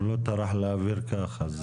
הוא לא טרח להבהיר ככה.